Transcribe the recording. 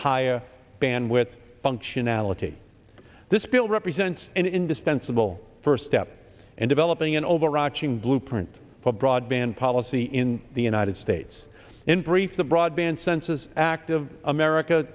higher bandwidth functionality this bill represents an indispensable first step in developing an overarching blueprint for broadband policy we in the united states in brief the broadband senses act of america